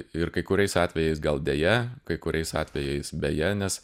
ir kai kuriais atvejais gal deja kai kuriais atvejais beje nes